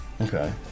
okay